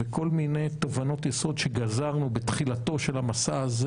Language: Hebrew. וכל מיני תובנות יסוד שגזרנו בתחילת המסע הזה